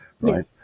right